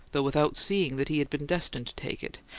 though without seeing that he had been destined to take it,